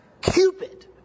cupid